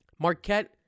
Marquette